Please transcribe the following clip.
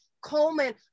coleman